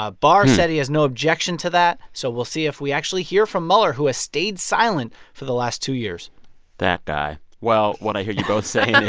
ah barr said he has no objection to that. so we'll see if we actually hear from mueller, who has stayed silent for the last two years that guy well, what i hear you both saying is.